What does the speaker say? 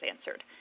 answered